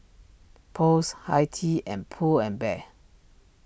Post Hi Tea and Pull and Bear